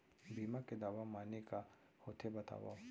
बीमा के दावा माने का होथे बतावव?